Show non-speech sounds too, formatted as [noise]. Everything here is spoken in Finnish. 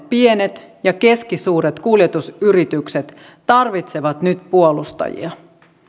[unintelligible] pienet ja keskisuuret kuljetusyritykset tarvitsevat nyt puolustajia